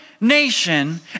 nation